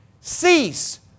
Cease